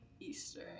Easter